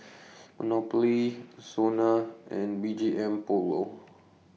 Monopoly Sona and B G M Polo